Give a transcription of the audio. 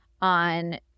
on